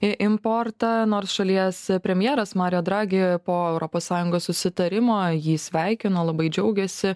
importą nors šalies premjeras mario dragi po europos sąjungos susitarimo jį sveikino labai džiaugėsi